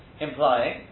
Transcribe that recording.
Implying